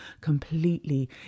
completely